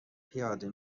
پیاده